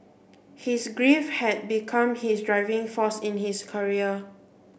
his grief had become his driving force in his career